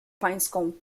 pańską